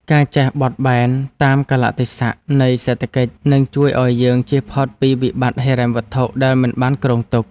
ការចេះបត់បែនតាមកាលៈទេសៈនៃសេដ្ឋកិច្ចនឹងជួយឱ្យយើងជៀសផុតពីវិបត្តិហិរញ្ញវត្ថុដែលមិនបានគ្រោងទុក។